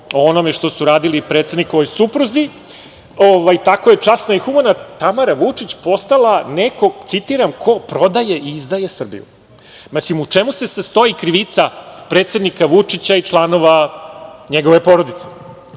o onome što su radili predsednikovoj supruzi, tako je časna i humana Tamara Vučić postala neko ko, citiram, „prodaje i izdaje Srbiju“.Mislim, u čemu se sastoji krivica predsednika Vučića i članova njegove porodice?